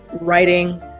writing